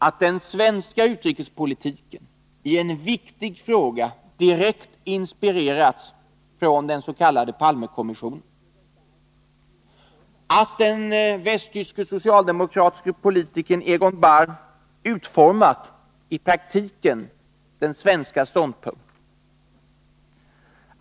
Att den svenska utrikespolitiken i en viktig fråga direkt inspirerats från den s.k. Palmekommissionen. Att den västtyske socialdemokratiske politikern Egon Bahr i praktiken utformat den svenska ståndpunkten.